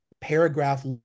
paragraph